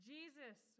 Jesus